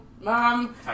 Mom